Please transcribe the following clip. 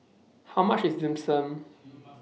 How much IS Dim Sum